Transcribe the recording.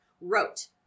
wrote